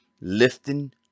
lifting